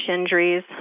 injuries